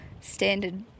standard